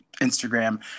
Instagram